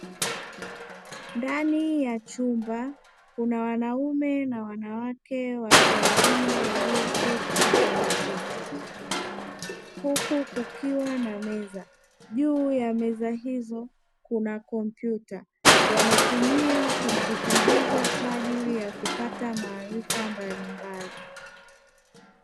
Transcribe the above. Ndani ya chumba kuna wanaume na wanawake watu wazima walioketi kwenye viti huku kukiwa na meza. Juu ya meza hizo kuna kompyuta, wanatumia kompyuta hizo kwaajili ya kupata mafunzo mbalimbali.